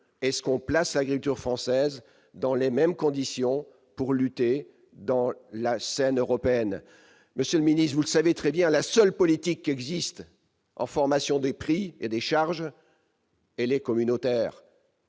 non, on offre à l'agriculture française les conditions pour lutter sur la scène européenne. Monsieur le ministre, vous le savez très bien, la seule politique qui existe en matière de formation des prix et des charges est communautaire.